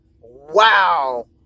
wow